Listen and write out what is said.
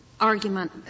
argument